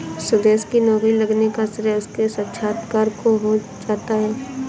सुदेश की नौकरी लगने का श्रेय उसके साक्षात्कार को जाता है